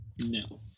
No